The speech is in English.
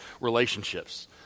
relationships